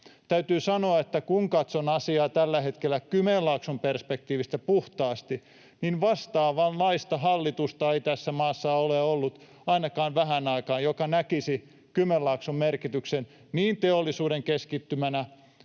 Täytyy sanoa, että kun katson asiaa tällä hetkellä puhtaasti Kymenlaakson perspektiivistä, niin vastaavanlaista hallitusta ei tässä maassa ole ollut ainakaan vähään aikaan, joka näkisi Kymenlaakson merkityksen niin teollisuuden keskittymänä,